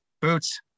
boots